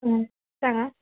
सांगां